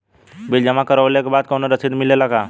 Bill जमा करवले के बाद कौनो रसिद मिले ला का?